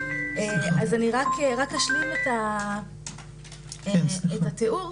רק אשלים את התיאור.